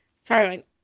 Sorry